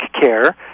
care